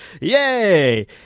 Yay